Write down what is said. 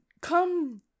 come